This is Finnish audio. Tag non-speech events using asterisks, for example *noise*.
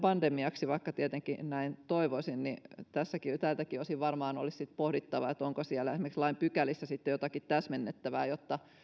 *unintelligible* pandemiaksi vaikka tietenkin näin toivoisin niin tältäkin osin varmaan olisi sitten pohdittava onko siellä esimerkiksi lain pykälissä sitten jotakin täsmennettävää jotta